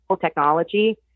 technology